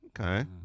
Okay